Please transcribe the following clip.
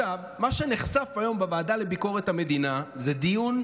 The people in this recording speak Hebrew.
מה שנחשף היום בוועדה לביקורת המדינה הוא דיון,